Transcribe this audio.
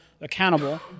accountable